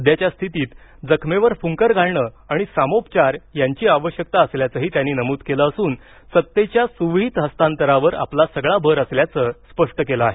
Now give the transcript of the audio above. सध्याच्या स्थितीत जखमेवर फुंकर घालणं आणि सामोपचार यांची आवश्यकता असल्याचंही त्यांनी नमूद केलं असून सत्तेच्या सुविहित हस्तांतरावर आपला सगळा भर असल्याचं त्यांनी स्पष्ट केलं आहे